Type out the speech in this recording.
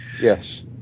Yes